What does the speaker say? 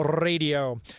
Radio